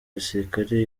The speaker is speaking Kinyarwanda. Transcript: abasirikari